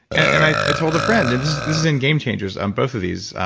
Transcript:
and i i told a friend. and this is in game changers, um both of these,